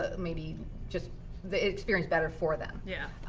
ah maybe just the experience better for them. yeah.